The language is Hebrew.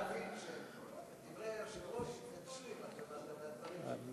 אפשר היה להבין שדברי היושב-ראש התנגשו עם הדברים.